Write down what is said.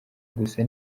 gusa